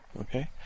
Okay